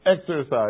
exercise